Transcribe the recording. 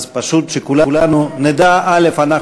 אז פשוט שכולנו נדע, א.